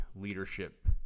leadership